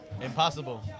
Impossible